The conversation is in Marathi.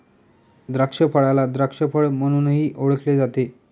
द्राक्षफळाला द्राक्ष फळ म्हणूनही ओळखले जाते